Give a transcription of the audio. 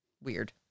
weird